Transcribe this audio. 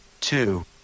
Two